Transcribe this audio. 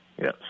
Yes